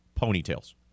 ponytails